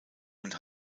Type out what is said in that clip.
und